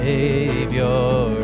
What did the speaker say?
Savior